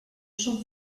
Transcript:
són